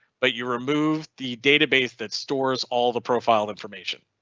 but you remove the database that stores all the profile information.